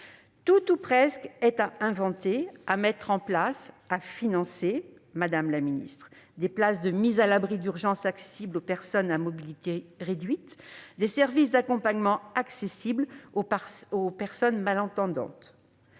Tout ou presque est à inventer, à mettre en place, à financer, madame la secrétaire d'État : des places de mise à l'abri d'urgence accessibles aux personnes à mobilité réduite ; des services d'accompagnement accessibles aux personnes malentendantes,